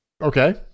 Okay